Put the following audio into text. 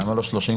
למה לא 30?